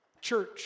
Church